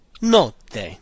notte